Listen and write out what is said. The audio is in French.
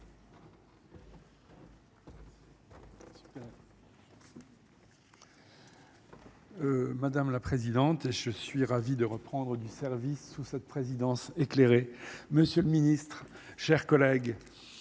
Mᵐᵉ la Présidente, je suis ravie de reprendre du service sous cette Présidence éclairée M. le Ministre, chers collègues,